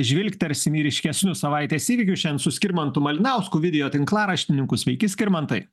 žvilgtersim į ryškesnius savaitės įvykius šian su skirmantu malinausku video tinklaraštininku sveiki skirmantai